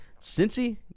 Cincy